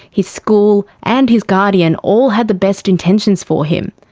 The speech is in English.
his school, and his guardian all had the best intentions for him.